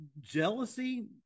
jealousy